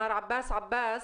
מר עבאס עבאס,